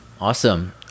awesome